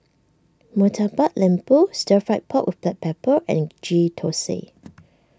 Murtabak Lembu Stir Fried Pork with Black Pepper and Ghee Thosai